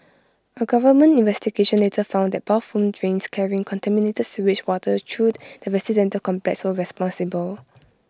A government investigation later found that bathroom drains carrying contaminated sewage water through the residential complex were responsible